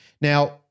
Now